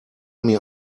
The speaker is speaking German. mir